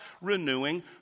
renewing